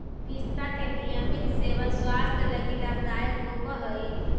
पिस्ता के नियमित सेवन स्वास्थ्य लगी लाभदायक होवऽ हई